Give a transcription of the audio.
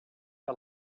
que